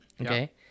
Okay